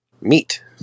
meat